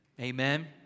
Amen